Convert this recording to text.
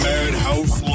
Madhouse